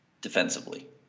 defensively